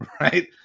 right